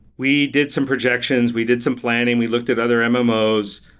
we did some projections. we did some planning. we looked at other mmos.